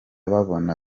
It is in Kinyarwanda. babona